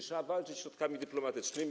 Trzeba walczyć środkami dyplomatycznymi.